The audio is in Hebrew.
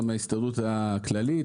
מההסתדרות הכללית,